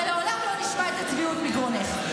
ולעולם לא נשמע את הצביעות מגרונך.